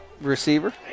receiver